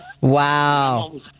Wow